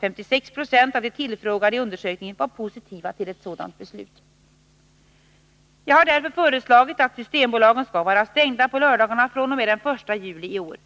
56 96 av de tillfrågade i undersökningen var positiva till ett sådant beslut. Jag har därför föreslagit att systembolagen skall vara stängda på lördagarna fr.o.m. den 1 juli i år.